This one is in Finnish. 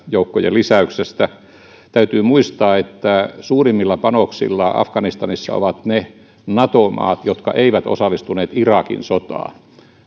joukkojen lisäyksestä täytyy muistaa että suurimmilla panoksilla afganistanissa ovat ne nato maat jotka eivät osallistuneet irakin sotaan